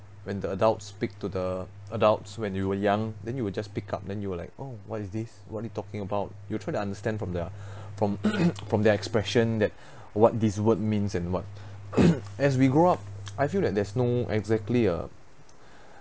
when the adults speak to the adults when you were young then you would just pick up then you will like oh what is this what you talking about you try to understand from their from from the expression that what this word means and what as we grew up I feel that there's no exactly a